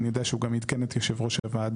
אני יודע שהוא גם עדכן את יו"ר הוועדה,